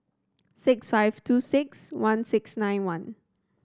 six five two six one six nine one